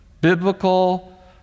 Biblical